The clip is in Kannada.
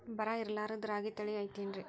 ಬರ ಇರಲಾರದ್ ರಾಗಿ ತಳಿ ಐತೇನ್ರಿ?